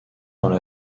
dans